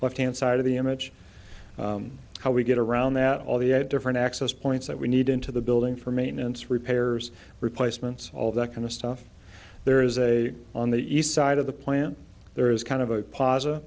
left hand side of the image how we get around that all the different access points that we need into the building for maintenance repairs replacements all that kind of stuff there is a on the east side of the plant there is kind of a po